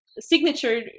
signature